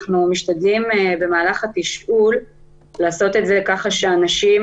אנחנו משתדלים במהלך התשאול לעשות אותו ככה שאנשים